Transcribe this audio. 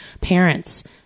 parents